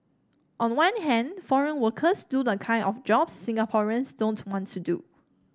on one hand foreign workers do the kind of jobs Singaporeans don't want to do